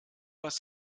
was